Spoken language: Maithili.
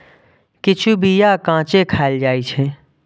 किछु बीया कांचे खाएल जाइ छै